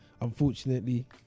unfortunately